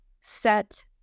set